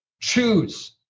Choose